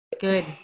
good